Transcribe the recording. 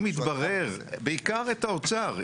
אם יתברר, בעיקר את האוצר.